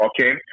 Okay